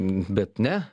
bet ne